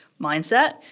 mindset